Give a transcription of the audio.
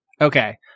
Okay